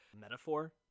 metaphor